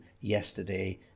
yesterday